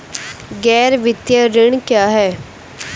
गैर वित्तीय ऋण क्या है?